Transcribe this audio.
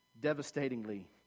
devastatingly